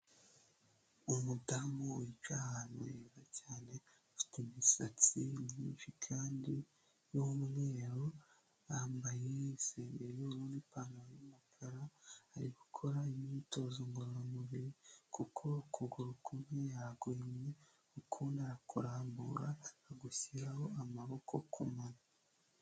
Umudamu wicaye ahantu heza cyane afite imisatsi myinshi kandi y'umweru yambaye isengeri n'ipantaro y'umukara arigukora imyitozo ngororamubiri kuko ukuguru kumwe yaguhinnye ukundi arakurambura agushyiraho amaboko kumwe.